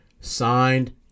signed